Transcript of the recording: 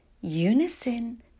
unison